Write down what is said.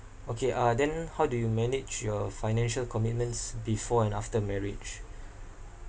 okay uh then how do you manage your financial commitments before and after marriage